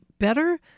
Better